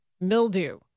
mildew